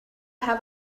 have